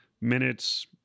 Minutes